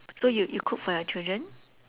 so you you cook for your children